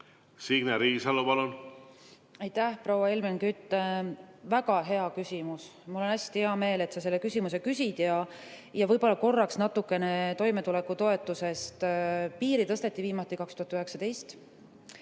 Signe Riisalo, palun! Aitäh, proua Helmen Kütt, väga hea küsimus! Mul on hästi hea meel, et sa selle küsimuse küsid. Jah, võib-olla korraks natukene toimetulekutoetusest. Selle piiri tõsteti viimati 2019.